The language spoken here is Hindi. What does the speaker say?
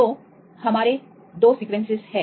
तो हमारे 2 सीक्वेंसेस हैं